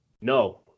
No